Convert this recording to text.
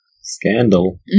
Scandal